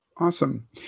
Awesome